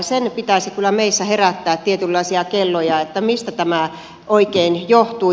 sen pitäisi kyllä meissä herättää tietynlaisia kysymyksiä että mistä tämä oikein johtuu